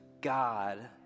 God